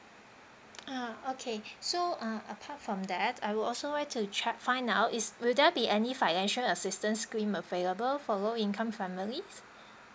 ah okay so ah apart from that I would also like to check find out is will there be any financial assistance scheme available for low income families